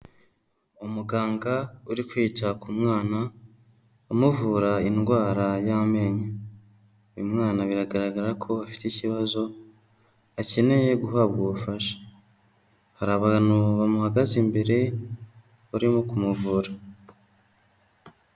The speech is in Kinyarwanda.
Umuganga uri kwita ku mwana amuvura indwara y'amenyo, uyu mwana biragaragara ko afite ikibazo akeneye guhabwa ubufasha, hari abantu bamuhagaze imbere barimo kumuvura.